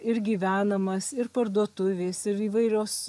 ir gyvenamas ir parduotuvės ir įvairios